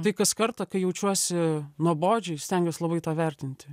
tai kas kartą kai jaučiuosi nuobodžiai stengiuosi labai tą vertinti